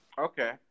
okay